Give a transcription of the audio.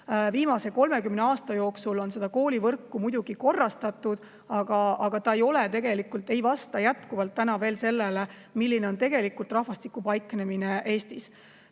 Viimase 30 aasta jooksul on koolivõrku muidugi korrastatud, aga see ei vasta jätkuvalt sellele, milline on tegelikult rahvastiku paiknemine Eestis.